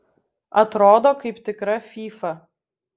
atrodo kaip tikra fyfa